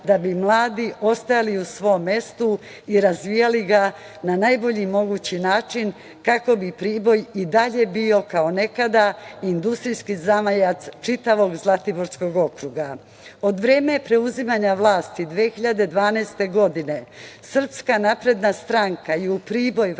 da bi mladi ostajali u svom mestu i razvijali ga na najbolji mogući način, kako bi Priboj i dalje bio kao nekada industrijski zamajac čitavog Zlatiborskog okruga. Od vremena preuzimanja vlasti 2012. godine SNS je u Priboj vratila